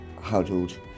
huddled